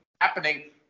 happening